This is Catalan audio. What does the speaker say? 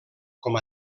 com